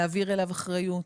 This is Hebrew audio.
להעביר אליו אחריות,